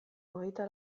hogeita